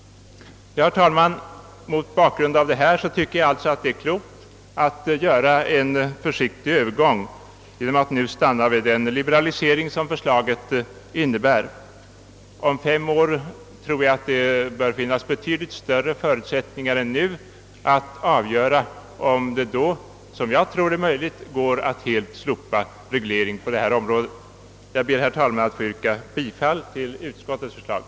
Herr talman! Mot bakgrund av det anförda tycker jag alltså att det är klokt att genomföra en försiktig över liberalisering som det nu framlagda förslaget innebär. Om fem år bör det finnas betydligt större förutsättningar än nu att avgöra om det — såsom jag tror är möjligt — går att helt slopa regleringen på detta område. Jag ber, herr talman, att få yrka bifall till utskottets hemställan.